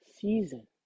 season